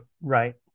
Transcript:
right